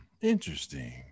Interesting